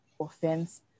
offense